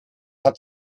hat